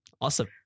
awesome